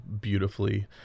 beautifully